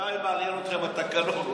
וממתי מעניין אתכם התקנון?